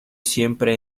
siempre